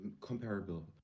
comparable